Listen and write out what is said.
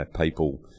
people